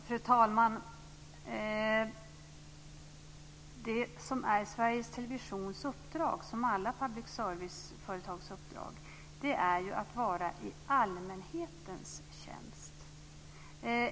Fru talman! Det som är Sveriges Televisions och alla public service-företags uppdrag är ju att vara i allmänhetens tjänst.